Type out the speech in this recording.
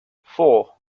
four